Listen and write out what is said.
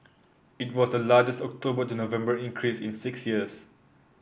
it was the largest October to November increase in six years